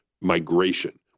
migration